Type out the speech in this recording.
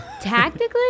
Tactically